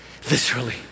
viscerally